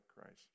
Christ